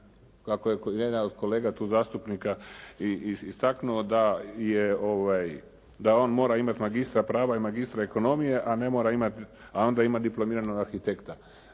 da, jedan od kolega tu zastupnika istaknuo da on mora imat magistra prava i magistra ekonomija, a onda ima diplomiranog arhitekta.